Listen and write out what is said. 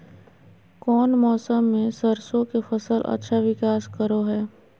कौन मौसम मैं सरसों के फसल अच्छा विकास करो हय?